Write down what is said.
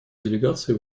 делегации